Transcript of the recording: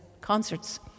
concerts